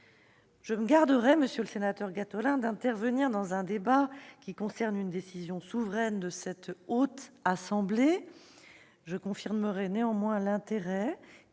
Je me garderai bien, monsieur le sénateur Gattolin, d'intervenir dans un débat qui concerne une décision souveraine de la Haute Assemblée. Je confirme néanmoins l'intérêt